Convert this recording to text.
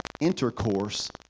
intercourse